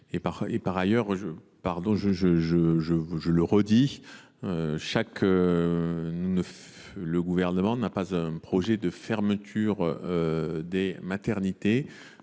Par ailleurs, je le répète, le Gouvernement n’a pas de projet de fermeture de maternités.